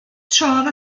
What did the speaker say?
trodd